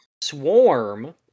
Swarm